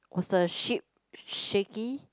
was the ship shaky